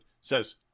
says